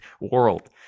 world